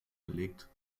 gelegt